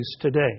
today